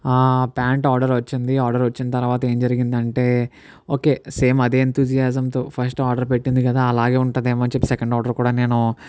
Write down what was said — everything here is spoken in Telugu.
ప్యాంటు ఆర్డర్ వచ్చింది ఆర్డర్ వచ్చిన తర్వాత ఏం జరిగిందంటే ఓకే సేమ్ అదే యంతూజాజియం తో ఫస్ట్ ఆర్డర్ పెట్టింది కదా అలాగే ఉంటుందేమో అని చెప్పి సెకండ్ ఆర్డర్ కూడా నేను